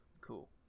Cool